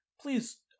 please